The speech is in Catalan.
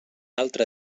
altre